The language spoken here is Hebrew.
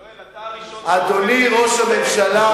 יואל, אתה הראשון גלעד שליט.